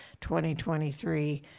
2023